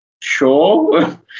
sure